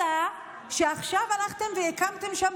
אלא שעכשיו הלכתם והקמתם שם,